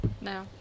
No